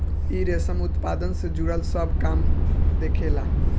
इ रेशम उत्पादन से जुड़ल सब काम देखेला